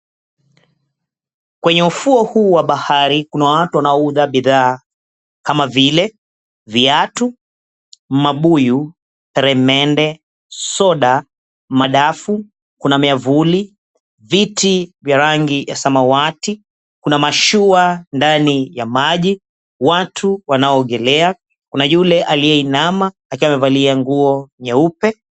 Kwenye ufuo huu wa bahari, kuna watu wanaouza bidhaa kama vile viatu, mabuyu, peremende, soda, madafu. Kuna miavuli, viti vya rangi ya samawati, kuna mashua ndani ya maji, watu wanaoogelea, kuna yule aliyeinama akiwa amevalia nguo nyeupe.